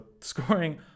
scoring